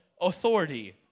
authority